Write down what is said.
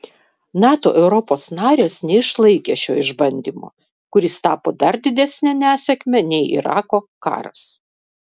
nato europos narės neišlaikė šio išbandymo kuris tapo dar didesne nesėkme nei irako karas